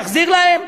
תחזיר להם.